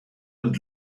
und